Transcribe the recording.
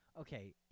okay